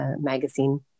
magazine